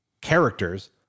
characters